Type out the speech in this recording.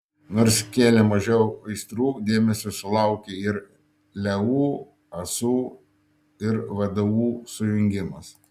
nors kėlė mažiau aistrų dėmesio sulaukė ir leu asu ir vdu sujungimas